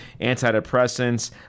antidepressants